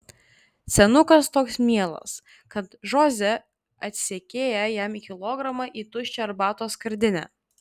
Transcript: senukas toks mielas kad žoze atseikėja jam kilogramą į tuščią arbatos skardinę